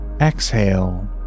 exhale